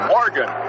Morgan